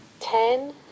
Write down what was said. Ten